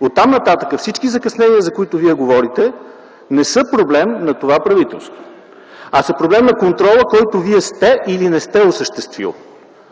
Оттам нататък всички закъснения, за които Вие говорите, не са проблем на това правителство, а са проблем на контрола, който Вие сте или не сте осъществил.